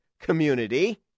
community